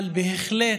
אבל בהחלט,